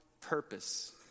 purpose